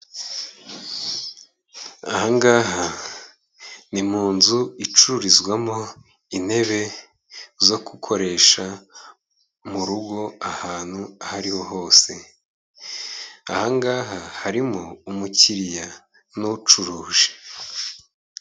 Aha ngaha ni mu nzu icururizwamo intebe zo gukoresha mu rugo ahantu aho ari ho hose. Aha ngaha harimo umukiriya n'ucuruje.